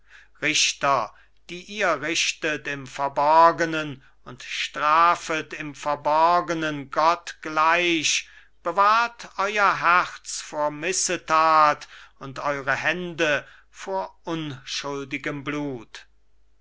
richter die ihr richtet im verborgenen und strafet im verborgenen gott gleich bewahrt euer herz vor missetat und eure hände vor unschuldigem blut